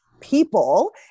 people